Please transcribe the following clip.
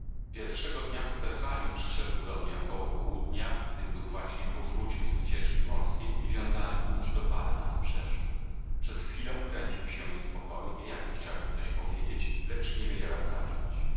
pierwszego dnia po zerwaniu przyszedł do mnie około południa gdym był właśnie powrócił z wycieczki morskiej i wiązałem łódź do pala na wybrzeżu przez chwilę kręcił się niespokojnie jakby chciał mi coś powiedzieć lecz nie wiedział jak zacząć